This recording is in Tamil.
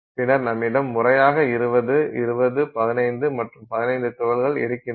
பின்னர் நம்மிடம் முறையாக 20 20 15 மற்றும் 15 துகள்கள் இருக்கின்றன